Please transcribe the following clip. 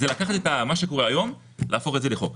זה לקחת את מה שקורה היום ולהפוך את זה לחוק.